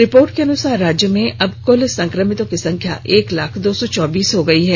report के अनुसार राज्य में अब कुल संक्रमितों की संख्या एक लाख दो सौ चौबीस हो गयी है